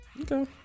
Okay